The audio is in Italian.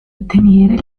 ottenere